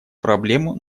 проблему